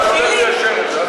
הלו, יש מנכ"ל חדש.